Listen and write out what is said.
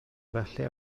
efallai